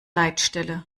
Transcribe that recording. leitstelle